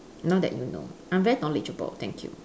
now that you know I'm very knowledgeable thank you